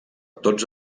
tots